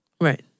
right